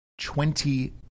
twenty